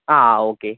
ആ ഓക്കേ